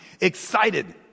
excited